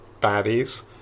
baddies